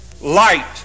light